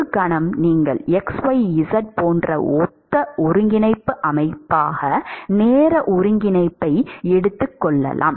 ஒரு கணம் நீங்கள் xyz போன்ற ஒத்த ஒருங்கிணைப்பு அமைப்பாக நேர ஒருங்கிணைப்பை எடுத்துக் கொள்ளலாம்